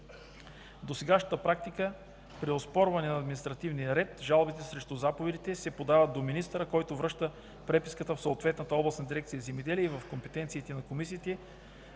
Досегашната практика при оспорване на административния ред е жалбите срещу заповедите да се подават до министъра, който връща преписката в съответна областна дирекция „Земеделие“ и в компетенциите на комисията